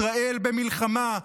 ישראל במלחמה.